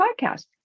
podcast